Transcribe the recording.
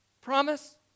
promise